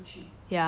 ya like but